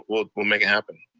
but we'll we'll make it happen.